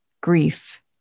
grief